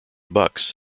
bucks